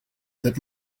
that